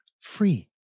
free